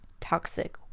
toxic